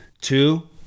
two